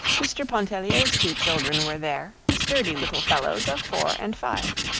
mr. pontellier's two children were there sturdy little fellows of four and five.